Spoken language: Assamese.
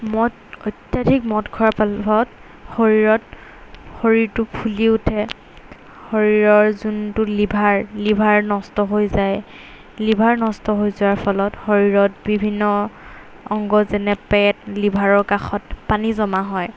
মদ অত্যাধিক মদ খোৱাৰ ফলত শৰীৰত শৰীৰটো ফুলি উঠে শৰীৰৰ যোনটো লিভাৰ লিভাৰ নষ্ট হৈ যায় লিভাৰ নষ্ট হৈ যোৱাৰ ফলত শৰীৰত বিভিন্ন অংগ যেনে পেট লিভাৰৰ কাষত পানী জমা হয়